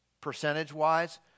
percentage-wise